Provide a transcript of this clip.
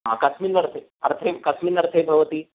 कस्मिन् अर्थे अर्थे कस्मिन् अर्थे भवति